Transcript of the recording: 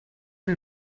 and